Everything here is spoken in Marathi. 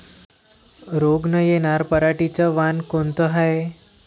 रोग न येनार पराटीचं वान कोनतं हाये?